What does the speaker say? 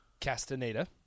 Castaneda